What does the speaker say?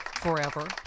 forever